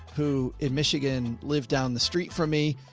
who at michigan lived down the street from me.